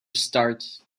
start